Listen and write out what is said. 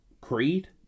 creed